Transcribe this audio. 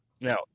Now